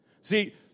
See